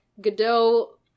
Godot